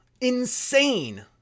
Insane